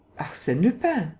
arsene lupin.